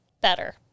Better